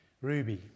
Ruby